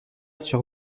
sur